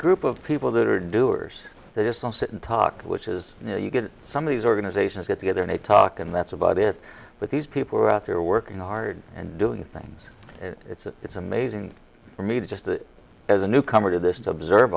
group of people that are doers they just all sit and talk which is you get some of these organizations get together and talk and that's about it but these people are out there working hard and doing things it's a it's amazing for me just as a newcomer to this to observe